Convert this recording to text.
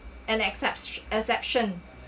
and excepti~ exception